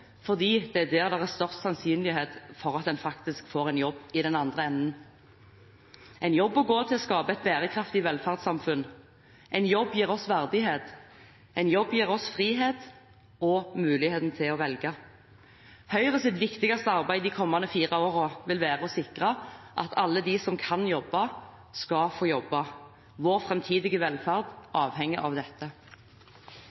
fordi det er der det er størst sannsynlighet for at en faktisk får en jobb i den andre enden. En jobb å gå til skaper et bærekraftig velferdssamfunn, en jobb gir oss verdighet, en jobb gir oss frihet og muligheten til å velge. Høyres viktigste arbeid de kommende fire årene vil være å sikre at alle de som kan jobbe, skal få jobbe. Vår framtidige velferd